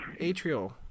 Atrial